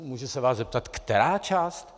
Můžu se vás zeptat, která část?